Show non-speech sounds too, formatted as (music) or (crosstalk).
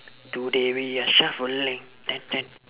today we are shuffling (noise)